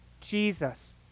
Jesus